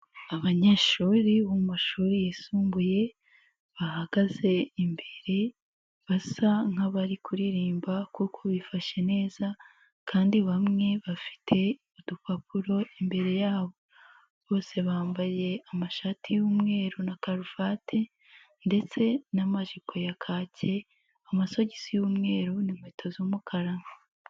Abanyeshuri bo mu mashuri yisumbuye, bahagaze imbere, basa nk'abari kuririmba kuko bifashe neza kandi bamwe bafite udupapuro imbere yabo. Bose bambaye amashati y'umweru na karuvati ndetse n'amajipo ya kake, amasogisi y'umweru n'inkweto z'umukara.